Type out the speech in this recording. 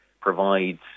provides